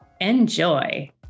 Enjoy